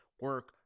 Work